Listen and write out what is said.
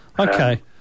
Okay